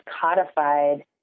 codified